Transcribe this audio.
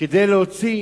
כדי להוציא